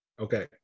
Okay